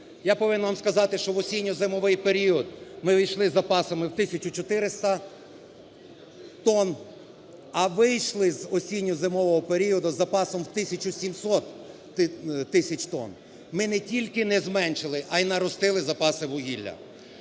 Я повинен вам сказати, що в осінньо-зимовий період ми ввійшли з запасами в 1 тисячу 400 тонн, а вийшли з осінньо-зимового періоду з запасом 1 тисячу 700 тисяч тонн. Ми не тільки не зменшили, а і наростили запаси вугілля.